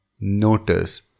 Notice